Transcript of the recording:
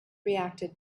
reacted